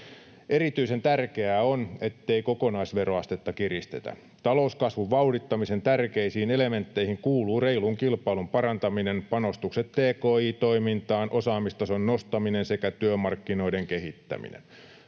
Erityisen tärkeää on, ettei kokonaisveroastetta kiristetä. Talouskasvun vauhdittamisen tärkeisiin elementteihin kuuluvat reilun kilpailun parantaminen, panostukset tki-toimintaan, osaamistason nostaminen sekä työmarkkinoiden kehittäminen.